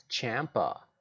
Champa